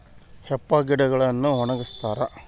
hemp ಗಿಡಗಳನ್ನು ಒಣಗಸ್ತರೆ